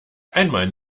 einmal